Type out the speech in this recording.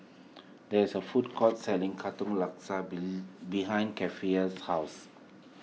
there is a food court selling Katong Laksa behind Keifer's house